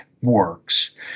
works